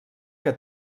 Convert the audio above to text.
que